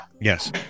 yes